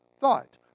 thought